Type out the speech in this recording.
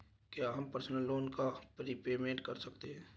क्या हम personal loan का प्रीपेमेंट कर सकते हैं?